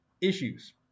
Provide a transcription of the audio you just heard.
issues